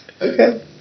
Okay